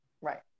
Right